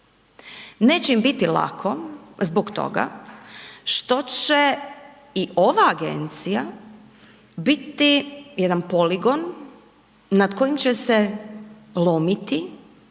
Neće im biti lako zbog toga što će i ova agencija biti jedan poligon nad kojim će se lomiti